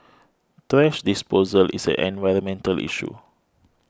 thrash disposal is an environmental issue